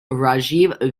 rajiv